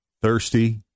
Thirsty